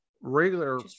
regular